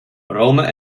rome